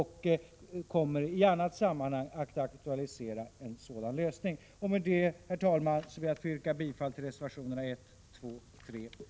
Vi kommer att i annat sammanhang aktualisera en sådan lösning. Med detta, herr talman, ber jag att få yrka bifall till reservationerna 1, 2,3 och 4.